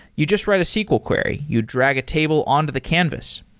you just write a sql query. you drag a table on to the canvas.